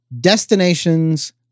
destinations